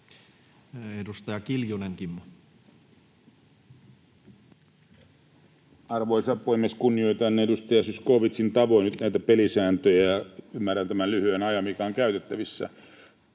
17:23 Content: Arvoisa puhemies! Kunnioitan edustaja Zyskowiczin tavoin nyt näitä pelisääntöjä ja ymmärrän tämän lyhyen ajan, mikä on käytettävissä.